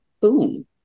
boom